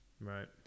right